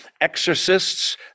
exorcists